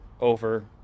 over